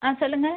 ஆ சொல்லுங்க